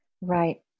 Right